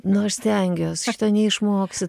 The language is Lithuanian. nu aš stengiuos šito neišmoksi